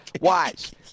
Watch